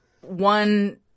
one